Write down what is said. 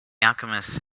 alchemist